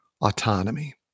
autonomy